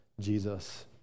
Jesus